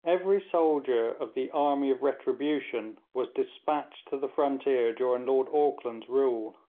every soldier of the army of retribution was despatched to the frontier during lord auckland's rule.